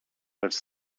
lecz